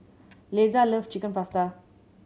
Lesa love Chicken Pasta